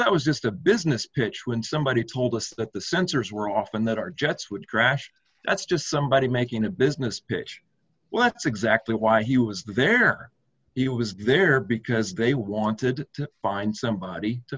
that was just a business pitch when somebody told us that the sensors were off and that our jets would crash that's just somebody making a business pitch well that's exactly why he was there he was there because they wanted to find somebody to